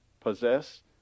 Possess